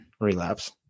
relapse